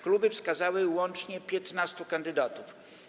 Kluby wskazały łącznie 15 kandydatów.